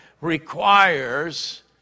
requires